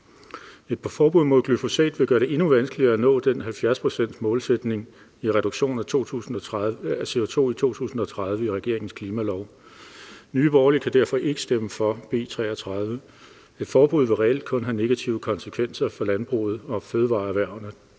Et forbud mod glyfosat vil gøre det endnu vanskeligere at nå den 70-procentsmålsætning i regeringens klimalov i forhold til reduktion af CO2 i 2030. Nye Borgerlige kan derfor ikke stemme for B 33. Et forbud vil reelt kun have negative konsekvenser for landbruget, for fødevareerhvervet,